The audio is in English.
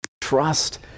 Trust